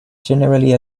generally